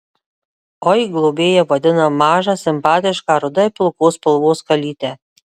oi globėja vadina mažą simpatišką rudai pilkos spalvos kalytę